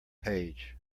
page